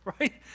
right